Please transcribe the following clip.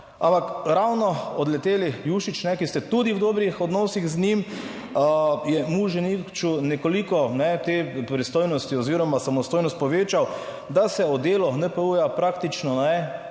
ampak ravno odleteli Jušić, ki ste tudi v dobrih odnosih z njim, je Muženiču nekoliko te pristojnosti oziroma samostojnost povečal, da se o delu NPU praktično